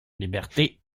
liberté